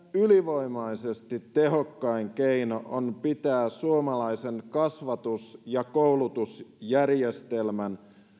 ylivoimaisesti tehokkain keino on pitää suomalaisen kasvatus ja koulutusjärjestelmän